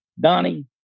Donnie